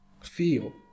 Feel